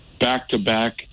back-to-back